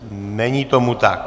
Není tomu tak.